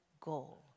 goal